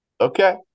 Okay